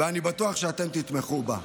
ואני בטוח שתתמכו בה.